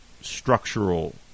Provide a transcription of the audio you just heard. structural